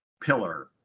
pillar